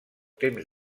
temps